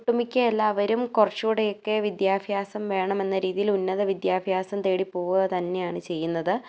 ഒട്ടുമിക്ക എല്ലാവരും കുറച്ചും കൂടെയൊക്കെ വിദ്യാഭ്യാസം വേണമെന്ന രീതിയിൽ ഉന്നത വിദ്യാഭ്യാസം തേടി പോവുക തന്നെയാണ് ചെയ്യുന്നത്